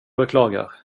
beklagar